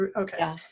Okay